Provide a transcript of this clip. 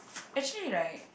actually right